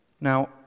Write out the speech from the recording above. Now